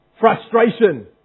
frustration